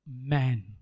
man